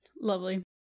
lovely